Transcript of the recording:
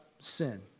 sin